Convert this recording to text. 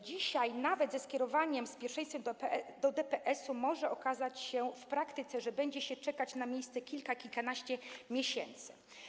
Dzisiaj nawet ze skierowaniem z pierwszeństwem do DPS-u może się okazać w praktyce, że będzie się czekać na miejsce kilka, kilkanaście miesięcy.